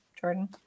Jordan